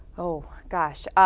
oh, gosh.